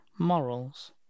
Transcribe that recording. Morals